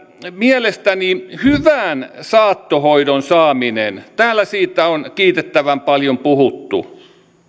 mielestäni hyvän saattohoidon saaminen täällä siitä on kiitettävän paljon puhuttu